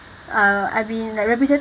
uh I've been representing